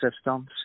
systems